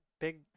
big